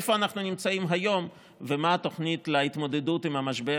איפה אנחנו נמצאים היום ומה התוכנית להתמודדות עם המשבר,